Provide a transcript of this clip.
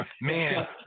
Man